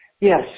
Yes